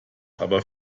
aber